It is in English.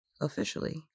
Officially